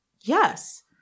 Yes